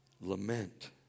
Lament